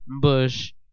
bush